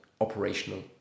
operational